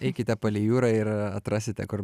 eikite palei jūrą ir atrasite kur